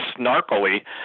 snarkily